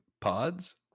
Pods